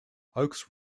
oaks